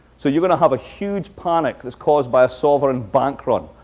so you're going to have a huge panic that's caused by a sovereign bank run,